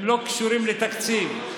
הם לא קשורים לתקציב.